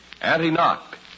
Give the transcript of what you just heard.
anti-knock